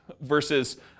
Versus